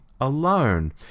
alone